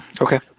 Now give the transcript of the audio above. Okay